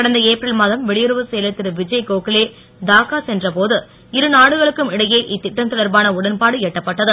கடந்த ஏப்ரல் மாதம் வெளியுறவுச் செயலர் திரு விஜய் கோகலே டாக்கா சென்ற போது இருநாடுகளுக்கும் இடையே இத்திட்டம் தொடர்பான உடன்பாடு எட்டப்பட்டது